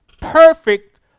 perfect